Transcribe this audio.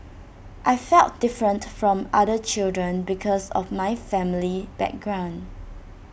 I felt different from other children because of my family background